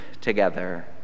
together